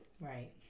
right